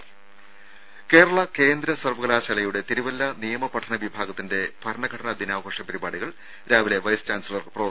രുര കേരള കേന്ദ്ര സർവ്വകലാശാലയുടെ തിരുവല്ല നിയമപഠന വിഭാഗത്തിന്റെ ഭരണഘടനാ ദിനാഘോഷ പരിപാടികൾ രാവിലെ വൈസ് ചാൻസലർ പ്രൊഫ